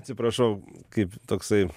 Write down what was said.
atsiprašau kaip toksai